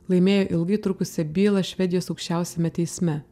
laimėjo ilgai trukusią bylą švedijos aukščiausiame teisme